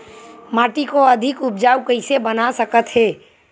माटी को अधिक उपजाऊ कइसे बना सकत हे?